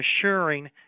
assuring